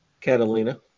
Catalina